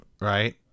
right